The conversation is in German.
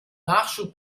nachschub